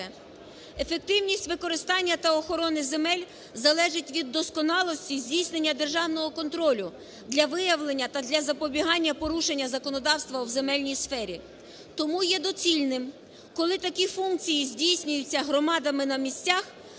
Ефективність використання та охорона земель залежить від досконалості здійснення державного контролю для виявлення та для запобігання порушення законодавства в земельній сфері. Тому є доцільним, коли такі функції здійснюються громадами на місцях